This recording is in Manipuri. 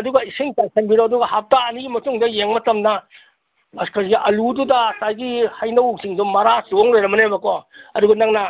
ꯑꯗꯨꯒ ꯏꯁꯤꯡ ꯆꯥꯏꯁꯟꯕꯤꯔꯣ ꯑꯗꯨꯒ ꯍꯞꯇꯥ ꯑꯅꯤꯒꯤ ꯃꯇꯨꯡꯗ ꯌꯦꯡ ꯃꯇꯝꯗ ꯑꯁ ꯀꯩꯁꯤ ꯑꯜꯂꯨꯗꯨꯗ ꯉꯁꯥꯏꯒꯤ ꯍꯩꯅꯧꯁꯤꯡꯗꯣ ꯃꯔꯥ ꯆꯣꯡ ꯂꯩꯔꯝꯃꯅꯦꯕꯀꯣ ꯑꯗꯨꯒ ꯅꯪꯅ